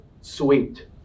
sweet